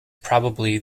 probably